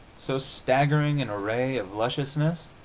so staggering an array of lusciousness,